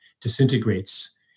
disintegrates